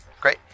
Great